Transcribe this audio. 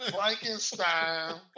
Frankenstein